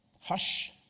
hush